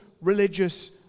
religious